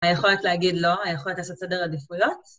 ‫היכולת להגיד לא, ‫היכולת לעשות סדר עדיפויות.